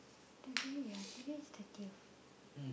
today ya today is thirty what